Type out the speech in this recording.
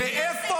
"מה הבעיה"?